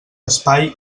espai